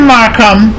Markham